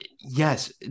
Yes